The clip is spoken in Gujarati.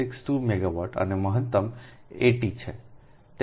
662 મેગાવોટ અને મહત્તમ 80 છે